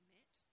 Met